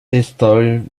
estoyt